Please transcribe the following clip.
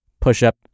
push-up